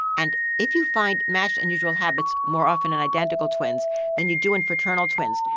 and if you find matched unusual habits more often in identical twins than you do in fraternal twins,